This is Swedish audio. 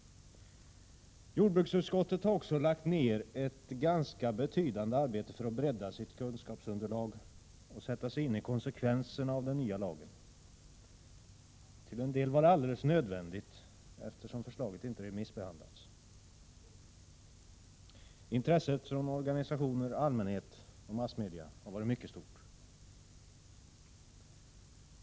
Jordbruksutskottet har lagt ner ett ganska betydande arbete på att bredda sitt kunskapsunderlag och sätta sig in i konsekvenserna av den nya lagen. Till en del var det alldeles nödvändigt, eftersom förslaget inte remissbehandlats. Intresset från organisationer, allmänhet och massmedia har varit mycket stort.